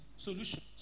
Solutions